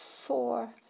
four